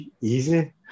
easy